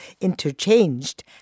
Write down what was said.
interchanged